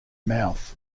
mouth